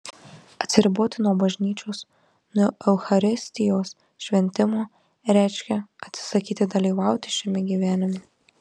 atsiriboti nuo bažnyčios nuo eucharistijos šventimo reiškia atsisakyti dalyvauti šiame gyvenime